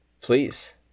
please